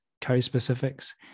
Co-specifics